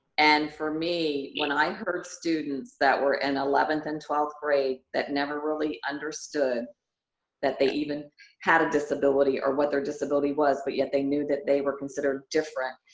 and for me, when i heard students that were in eleventh and twelfth grade that never really understood that they even had a disability or what their disability was but yet they knew that they were considered different,